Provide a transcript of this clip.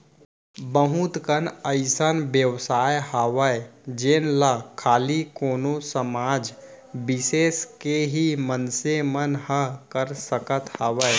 बहुत कन अइसन बेवसाय हावय जेन ला खाली कोनो समाज बिसेस के ही मनसे मन ह कर सकत हावय